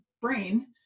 brain